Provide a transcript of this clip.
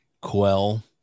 quell